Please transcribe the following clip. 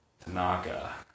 Tanaka